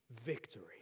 Victory